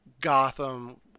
Gotham